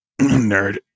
Nerd